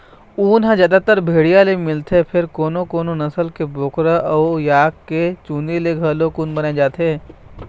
ऊन ह जादातर भेड़िया ले मिलथे फेर कोनो कोनो नसल के बोकरा अउ याक के चूंदी ले घलोक ऊन बनाए जाथे